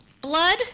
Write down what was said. Blood